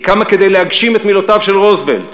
היא קמה כדי להגשים את מילותיו של רוזוולט,